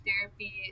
therapy